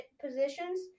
positions